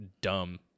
dumb